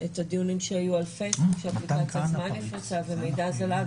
את הדיונים שהיו --- ומידע זלג,